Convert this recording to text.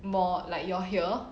more like your here